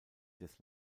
des